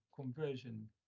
conversion